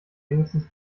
wenigstens